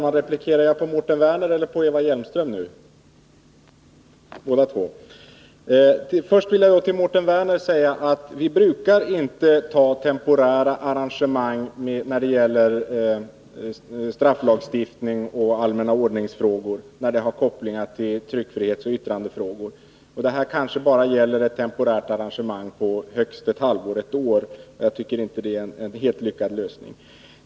Herr talman! Först vill jag säga till Mårten Werner att vi inte brukar använda oss av temporära arrangemang i frågor om strafflagstiftning och allmänna ordningsstadgan när det finns kopplingar till tryckfrihetsoch yttrandefrihetsfrågor. Det temporära arrangemanget skulle gälla ett halvår eller högst ett år, och jag tycker inte att det är en helt lyckad lösning.